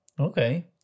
Okay